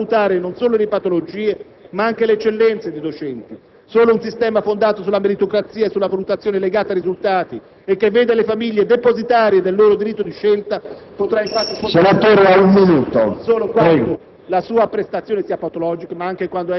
A quando, insomma, un sistema scolastico capace di valutare non solo le patologie, ma anche le eccellenze dei docenti? Solo un sistema fondato sulla meritocrazia e sulla valutazione legata ai risultati - e che veda le famiglie depositarie del loro diritto di scelta - potrà infatti